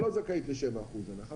לא זכאית ל-7% הנחה.